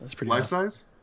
Life-size